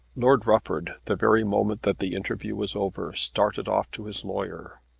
lord rufford, the very moment that the interview was over, started off to his lawyer.